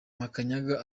makanyaga